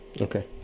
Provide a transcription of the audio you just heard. okay